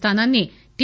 స్థానాన్ని టి